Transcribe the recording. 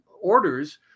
orders